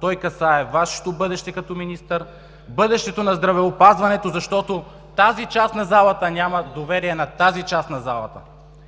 Той касае Вашето бъдеще като министър, бъдещето на здравеопазването, защото тази част на залата нямат доверие на тази част на залата.